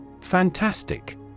Fantastic